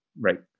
Right